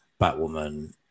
Batwoman